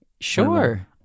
Sure